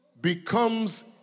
Becomes